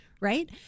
right